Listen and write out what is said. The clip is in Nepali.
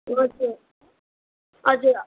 हजुर हजुर